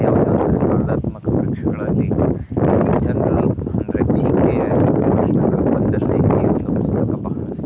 ಸ್ಪರ್ಧಾತ್ಮಕ ಪರೀಕ್ಷೆಗಳಲ್ಲಿ ಜನ್ರಲ್ ಅಂದರೆ ಜಿ ಕೆ ಅಂದರೆ ಈ ಒಂದು ಪುಸ್ತಕ ಭಾಳಷ್ಟು